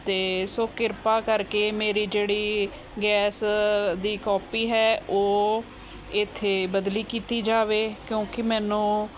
ਅਤੇ ਸੋ ਕਿਰਪਾ ਕਰਕੇ ਮੇਰੀ ਜਿਹੜੀ ਗੈਸ ਦੀ ਕਾਪੀ ਹੈ ਉਹ ਇੱਥੇ ਬਦਲੀ ਕੀਤੀ ਜਾਵੇ ਕਿਉਂਕਿ ਮੈਨੂੰ